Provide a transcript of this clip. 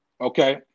okay